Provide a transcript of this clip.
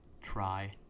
try